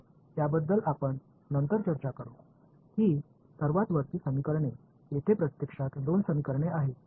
तर त्याबद्दल आपण नंतर चर्चा करू हि सर्वात वरची समीकरणे येथे प्रत्त्यक्षात 2 समीकरणे आहेत